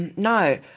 no.